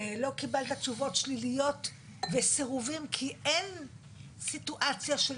לא קיבלת תשובות שליליות וסירובים כי אין סיטואציה של